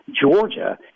Georgia